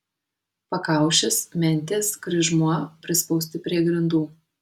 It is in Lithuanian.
pakaušis mentės kryžmuo prispausti prie grindų